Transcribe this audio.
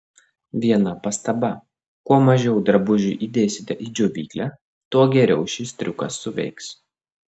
viena pastaba kuo mažiau drabužių įdėsite į džiovyklę tuo geriau šis triukas suveiks